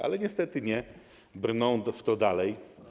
Ale niestety nie, brną w to dalej.